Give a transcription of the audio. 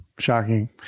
Shocking